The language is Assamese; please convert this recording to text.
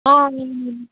অঁ